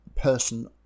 person